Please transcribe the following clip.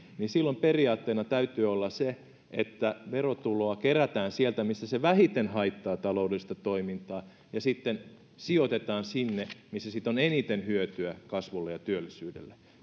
niin silloin periaatteena täytyy olla se että verotuloa kerätään sieltä missä se vähiten haittaa taloudellista toimintaa ja sitten sijoitetaan sinne missä siitä on eniten hyötyä kasvulle ja työllisyydelle